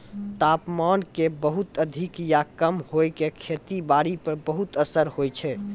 तापमान के बहुत अधिक या कम होय के खेती बारी पर बहुत असर होय छै